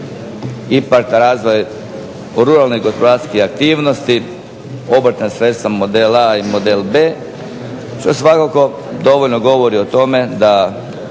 IPARD razvoj u ruralnoj i gospodarskoj aktivnosti, obrtna sredstva model A i model B što svakako dovoljno govori o tome da